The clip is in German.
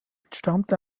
entstammte